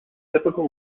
typical